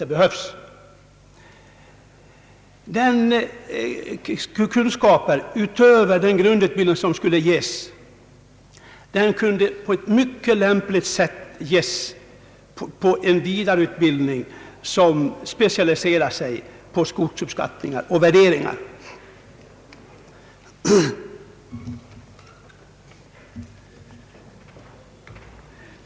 De kunskaper som skulle ges utöver grundutbildningen kunde bl.a. inriktas på en vidareutbildning i skogsuppskattning och värdering.